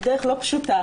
דרך לא פשוטה.